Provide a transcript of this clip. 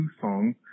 song